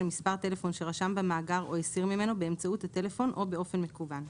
מספר טלפון שרשם במאגר או הסיר ממנו באמצעות הטלפון או באופן מקוון.